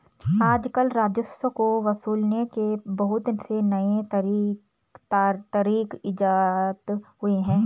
आजकल राजस्व को वसूलने के बहुत से नये तरीक इजात हुए हैं